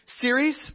series